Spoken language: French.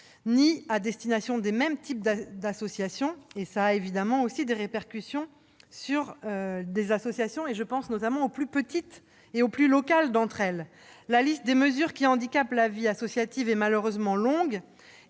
ni à destination des mêmes types d'associations. Cela a évidemment des répercussions sur les associations, en particulier les plus petites et les plus locales. La liste des mesures qui handicapent la vie associative est malheureusement longue.